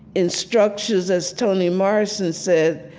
in structures as toni morrison said,